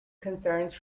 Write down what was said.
concerns